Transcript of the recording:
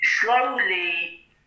slowly